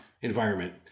environment